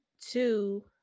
two